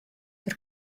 der